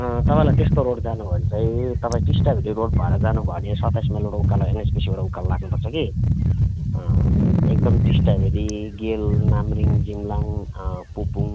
तपाईँलाई त्यस्तो रोड जानु भयो भने चाहिँ तपाईँ टिस्टाभेल्ली रोड भएर जानुभयो भने सत्ताइस माइलबाट उक्कालो एनएचपिसीबाट उक्कालो लाग्नु पर्छ कि एकदम टिस्टाभेल्ली गेल मामरिङ जिम्लाङ पुपुङ